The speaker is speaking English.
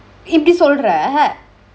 இப்டி சொல்ட்ர:ippdi soldre